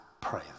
pray